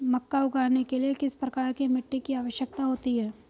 मक्का उगाने के लिए किस प्रकार की मिट्टी की आवश्यकता होती है?